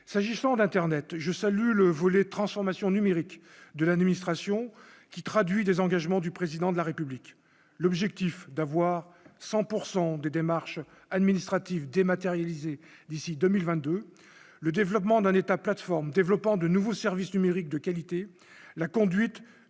s'agissant d'Internet, je salue le volet transformation numérique de l'administration qui traduit les engagements du président de la République, l'objectif d'avoir 100 pourcent des démarches administratives dématérialisées d'ici 2020, 2 le développement d'un État plateforme développant de nouveaux services numériques de qualité, la conduite